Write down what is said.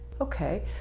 Okay